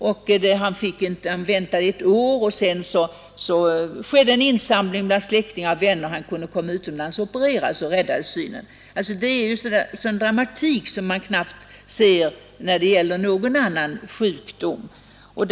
Han väntade förgäves på plats i ett år, sedan gjorde släktingar och vänner en insamling så att han kunde komma utomlands och opereras, varigenom synen räddades. Det är en dramatik som man knappast upplever på andra sjukdomsområden.